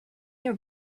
your